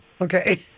Okay